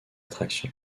traction